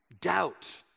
doubt